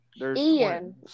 Ian